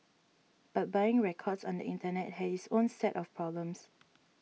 but buying records on the Internet has its own set of problems